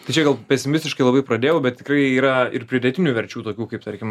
tai čia gal pesimistiškai labai pradėjau bet tikrai yra ir pridėtinių verčių tokių kaip tarkim